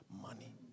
Money